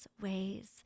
ways